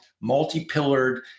multi-pillared